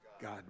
God